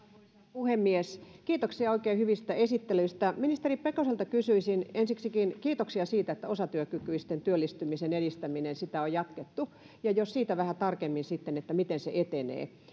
puhemies kiitoksia oikein hyvistä esittelyistä ministeri pekoselta kysyisin ensiksikin kiitoksia siitä että osatyökykyisten työllistymisen edistämistä on jatkettu jos siitä sitten vähän tarkemmin kysyisin miten se etenee